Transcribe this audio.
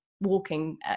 walking